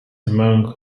among